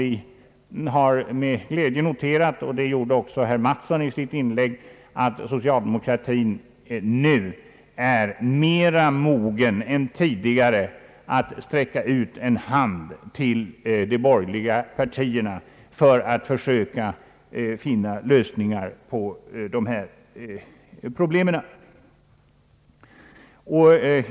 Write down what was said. Vi har med glädje noterat — det gjorde också herr Mattsson i sitt inlägg — att socialdemokratin nu är mera beredd än tidigare att sträcka ut en hand till de borgerliga partierna för att försöka finna lösningar på dessa problem.